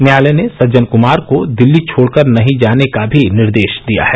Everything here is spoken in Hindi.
न्यायालय ने सज्जन कुमार को दिल्ली छोड़कर नहीं जाने का भी निर्देश दिया है